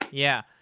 yeah,